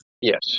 Yes